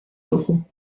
ruchu